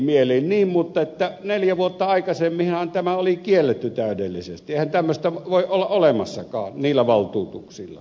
niin mutta neljä vuotta aikaisemminhan tämä oli kielletty täydellisesti eihän tämmöistä voi olla olemassakaan niillä valtuutuksilla